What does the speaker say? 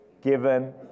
given